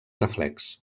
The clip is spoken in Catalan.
reflex